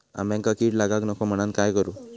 आंब्यक कीड लागाक नको म्हनान काय करू?